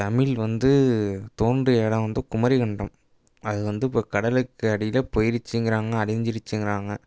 தமிழ் வந்து தோன்றிய இடம் வந்து குமரிக்கண்டம் அது வந்து இப்போ கடலுக்கு அடியில் போய்ருச்சிங்கிறாங்க அழிஞ்சிருச்சிங்கிறாங்க